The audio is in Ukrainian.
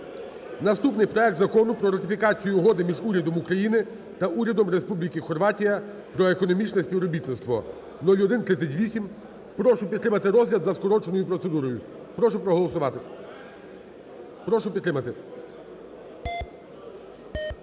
Наступний проект Закону про ратифікацію Угоди між Урядом України та Урядом Республіки Хорватія про економічне співробітництво (0138). Прошу підтримати розгляд за скороченою процедурою. Прошу проголосувати. Прошу підтримати. 10:58:22